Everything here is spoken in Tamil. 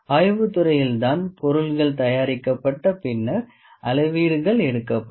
ஆய்வுத் துறையில் தான் பொருள்கள் தயாரிக்கப்பட்ட பின்னர் அளவீடுகள் எடுக்கப்படும்